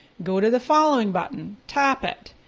go to the following button, tap it,